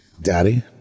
Daddy